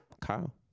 Kyle